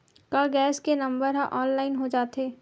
का गैस के नंबर ह ऑनलाइन हो जाथे?